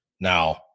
now